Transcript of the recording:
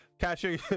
Cashier